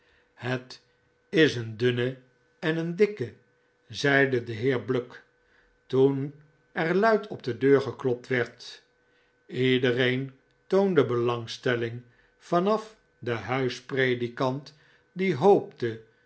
het is een dunne en een dikke zeide de heer bluck toen er luid op de deur geklopt werd iedereen toonde belangstelling vanaf de huispredikant die hoopte